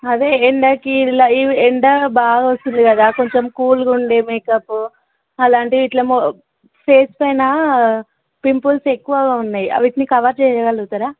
అదే ఎండకి ఇలా ఎండ బాగా వస్తుంది కదా కొంచెం కూల్గా ఉండే మేకప్ అలాంటివి ఇట్లా ఫేస్ పైనా పింపుల్స్ ఎక్కువగా ఉన్నాయి వాటిని కవర్ చేయగలుగుతారా